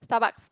Starbucks